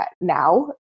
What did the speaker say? now